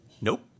Nope